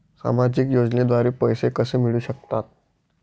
सामाजिक योजनेद्वारे पैसे कसे मिळू शकतात?